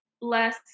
less